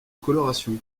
coloration